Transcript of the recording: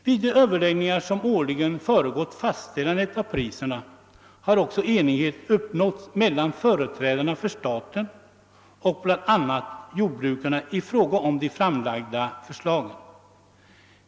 Vid de överläggningar som årligen föregått fastställandet av priserna har också enighet uppnåtts mellan företrädarna för staten och bl.a. jordbrukarna i fråga om de framlagda förslagen.